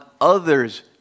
others